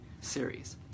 series